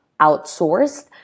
outsourced